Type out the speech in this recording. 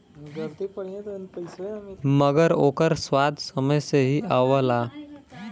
मगर ओकर स्वाद समय से ही आवला